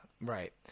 Right